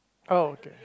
oh okay